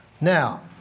Now